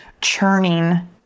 churning